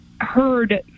heard